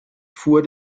fuhr